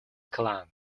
clan